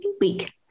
week